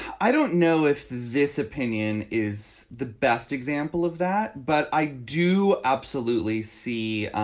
i don't know if this opinion is the best example of that, but i do absolutely see.